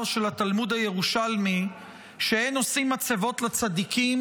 של התלמוד הירושלמי שאין עושים מצבות לצדיקים,